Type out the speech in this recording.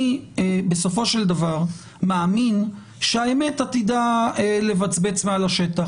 אני בסופו של דבר מאמין שהאמת עתידה לבצבץ מעל השטח